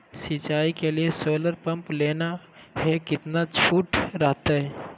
सिंचाई के लिए सोलर पंप लेना है कितना छुट रहतैय?